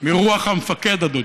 מרוח המפקד, אדוני,